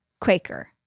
Quaker